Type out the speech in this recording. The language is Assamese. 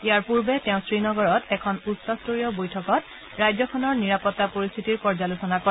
ইয়াৰ পূৰ্বে তেওঁ শ্ৰীনগৰত এখন উচ্চস্তৰীয় বৈঠকত ৰাজ্যখনৰ নিৰাপত্তা পৰিস্থিতিৰ পৰ্যালোচনা কৰে